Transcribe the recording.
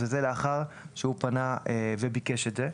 וזה לאחר שהוא פנה וביקש את זה.